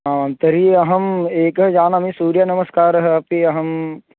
आं तर्हि अहं एकः जानामि सूर्यनमस्कारः अपि अहम्